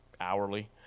hourly